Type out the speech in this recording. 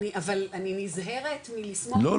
אבל אני נזהרת מלסמוך --- לא,